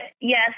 yes